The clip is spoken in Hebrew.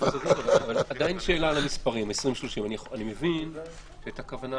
לגבי המספרים, אני מבין שהיתה כוונה